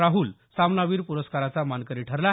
राहुल सामनावीर पुरस्काराचा मानकरी ठरला